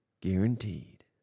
guaranteed